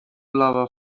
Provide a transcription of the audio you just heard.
lava